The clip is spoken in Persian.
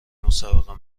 مسابقه